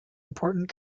important